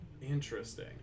Interesting